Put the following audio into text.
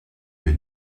vais